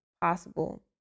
possible